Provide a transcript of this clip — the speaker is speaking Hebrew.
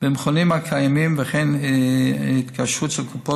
במכונים הקיימים וכן התקשרות של קופות